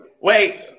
wait